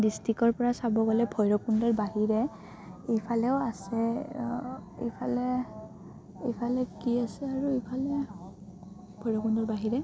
ডিষ্ট্ৰিক্টৰ পৰা চাব গ'লে ভৈৰৱকুণ্ডৰ বাহিৰে ইফালেও আছে ইফালে ইফালে কি আছে আৰু ইফালে ভৈৰৱকুণ্ডৰ বাহিৰে